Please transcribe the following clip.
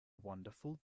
wonderful